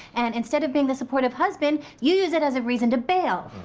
and instead of being the supportive husband, you use it as a reason to bail.